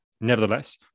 Nevertheless